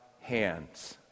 hands